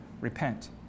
Repent